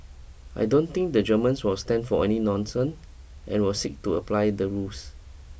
I don't think the Germans will stand for any nonsense and will seek to apply the rules